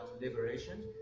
liberation